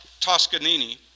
Toscanini